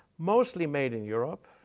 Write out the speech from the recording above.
mostly made in europe,